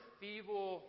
feeble